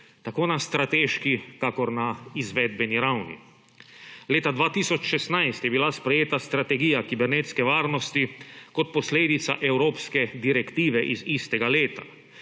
tako na strateški kakor na izvedbeni ravni. Leta 2016 je bila sprejeta strategija kibernetske varnosti kot posledica evropske direktive iz istega leta.